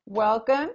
Welcome